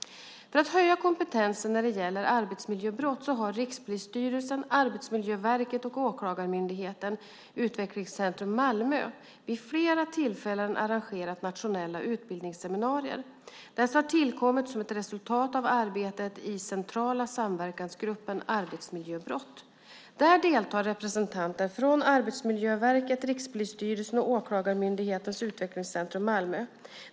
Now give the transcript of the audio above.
För att höja kompetensen rörande arbetsmiljöbrott har Rikspolisstyrelsen, Arbetsmiljöverket och Åklagarmyndighetens Utvecklingscentrum Malmö vid flera tillfällen arrangerat nationella utbildningsseminarier. Dessa har tillkommit som ett resultat av arbetet i den centrala samverkansgruppen kring arbetsmiljöbrott. Där deltar representanter från Arbetsmiljöverket, Rikspolisstyrelsen och Åklagarmyndighetens Utvecklingscentrum Malmö.